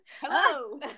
Hello